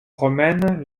romaine